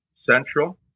Central